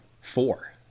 four